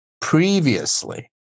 previously